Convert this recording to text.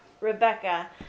Rebecca